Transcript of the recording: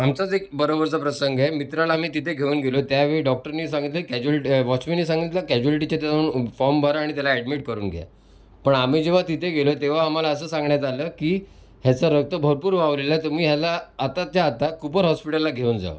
आमचाच एक बरोबरचा प्रसंग आहे मित्राला आम्ही तिथे घेऊन गेलो त्यावेळी डॉक्टरने सांगितलं की कॅज्युअल्टी वाचमनने सांगितलं कॅज्युअल्टीच्या इथं जाऊन फॉर्म भरा आणि त्याला ॲडमिट करून घ्या पण आम्ही जेव्हा तिथे गेलो तेव्हा आम्हाला असं सांगण्यात आलं की ह्याचं रक्त भरपूर वाहिलेलं आहे तुम्ही ह्याला आताच्या आता कूपर हॉस्पिटला घेऊन जा